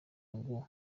ngo